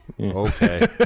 Okay